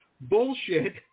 bullshit